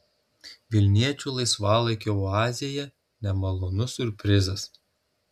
vilniečių laisvalaikio oazėje nemalonus siurprizas